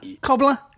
Cobbler